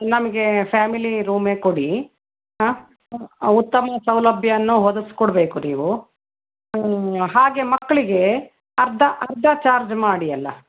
ನಮಗೆ ಫ್ಯಾಮಿಲೀ ರೂಮೇ ಕೊಡಿ ಹಾಂ ಉತ್ತಮ ಸೌಲಭ್ಯವನ್ನು ಒದಗ್ಸಿ ಕೊಡಬೇಕು ನೀವು ಹಾಗೆ ಮಕ್ಕಳಿಗೆ ಅರ್ಧ ಅರ್ಧ ಚಾರ್ಜ್ ಮಾಡಿ ಅಲ್ಲಾ